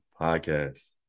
Podcast